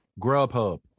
Grubhub